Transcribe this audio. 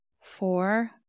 four